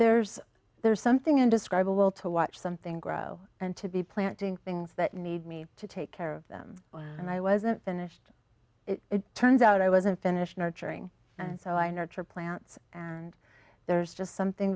there's there's something indescribable to watch something grow and to be planting things that need me to take care of them and i wasn't finished it turns out i wasn't finished nurturing and so i nurture plants and there's just something